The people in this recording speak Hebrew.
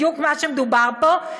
בדיוק מה שמדובר פה,